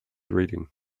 reading